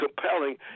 compelling